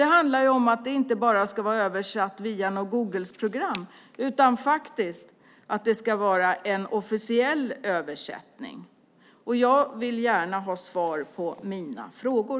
Det ska inte vara översatt via något Googleprogram, utan det ska vara en officiell översättning. Jag vill gärna ha svar på mina frågor.